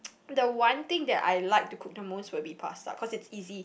the one thing that I like to cook the most will be pasta cause it's easy